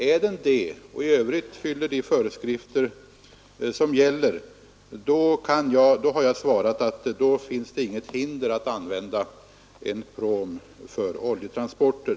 Är den det och fyller den i övrigt de krav som är uppställda, finns det inget hinder att använda en pråm för oljetransporter.